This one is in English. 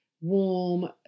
warm